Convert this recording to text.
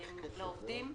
לעובדים.